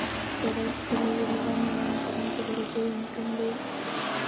స్థిరాస్తులు విలువ నిరంతరము పెరుగుతూ ఉంటుంది